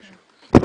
תודה.